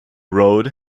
road